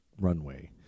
runway